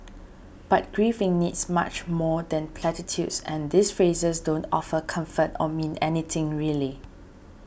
but grieving needs much more than platitudes and these phrases don't offer comfort or mean anything really